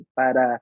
para